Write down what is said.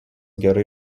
gerai